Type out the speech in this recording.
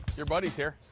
your buddy's here.